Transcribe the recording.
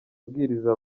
abwiriza